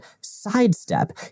Sidestep